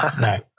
No